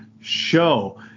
show